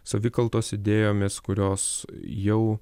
savikaltos idėjomis kurios jau